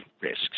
risks